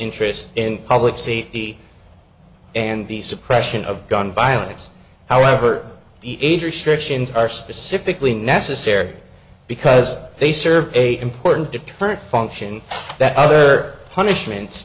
interest in public safety and the suppression of gun violence however the age restrictions are specifically necessary because they serve a important deterrent function that other punishment